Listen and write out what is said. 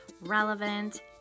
relevant